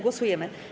Głosujemy.